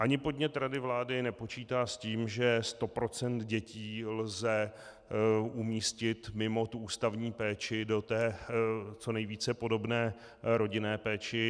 Ani podnět rady vlády nepočítá s tím, že 100 % dětí lze umístit mimo ústavní péči do té co nejvíce podobné rodinné péče.